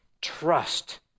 Trust